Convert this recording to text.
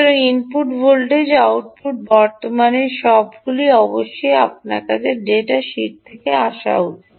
সুতরাং input voltage output বর্তমানের সবগুলি অবশ্যই আপনার কাছে ডেটা শীট থেকে আসা উচিত